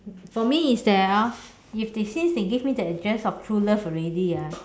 for me is that orh if they since they give me the address of true love already ah